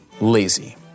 lazy